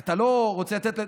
אתה לא רוצה לתת,